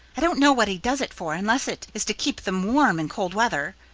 i don't know what he does it for unless it is to keep them warm in cold weather.